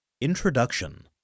Introduction